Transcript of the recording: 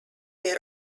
were